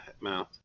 mouth